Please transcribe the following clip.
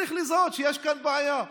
צריך לזהות שיש כאן בעיה.